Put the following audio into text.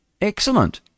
Excellent